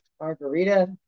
margarita